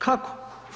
Kako?